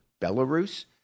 Belarus